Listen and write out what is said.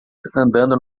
andando